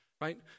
right